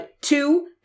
Two